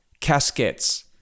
caskets